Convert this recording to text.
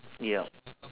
ya